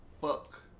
Fuck